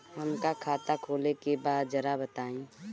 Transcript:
हमका खाता खोले के बा जरा बताई?